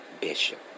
Bishop